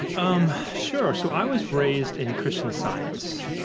um sure. so i was raised in christian science,